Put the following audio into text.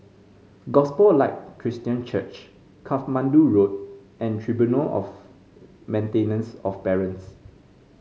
Gospel Light Christian Church Katmandu Road and Tribunal of Maintenance of Parents